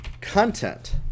content